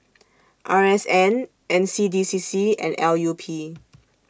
R S N N C D C C and L U P